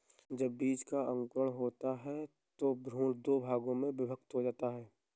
जब बीज का अंकुरण होता है तो भ्रूण दो भागों में विभक्त हो जाता है